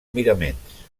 miraments